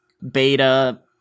beta